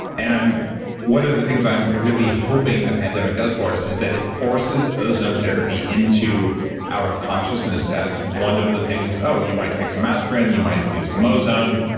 and what are the things i'm really hoping the pandemic does for us is that it forces ozone therapy into our consciousness as one of the things, oh, you might take some aspirin, you might do some ozone,